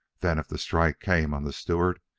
then, if the strike came on the stewart,